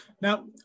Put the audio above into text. Now